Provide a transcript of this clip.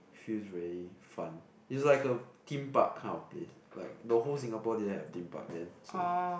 feels very fun is like a Theme Park kind of place like the whole Singapore didn't have Theme Park then so